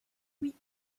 oui